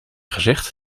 gezegd